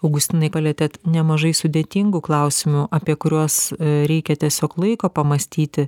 augustinai palietėt nemažai sudėtingų klausimų apie kuriuos reikia tiesiog laiko pamąstyti